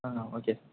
ஆ okay